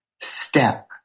step